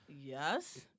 Yes